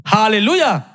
Hallelujah